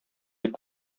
дип